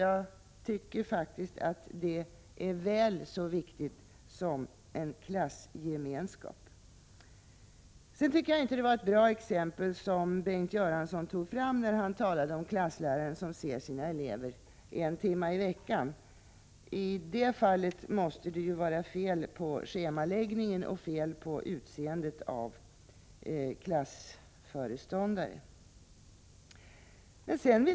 Jag tycker faktiskt att det är väl så viktigt som klassgemenskapen. Jag tycker inte det var ett bra exempel som Bengt Göransson tog fram när han talade om klasslärare som ser sina elever en timme i veckan. I det fallet måste det vara fel på schemauppläggningen och fel på valet av klassföreståndare.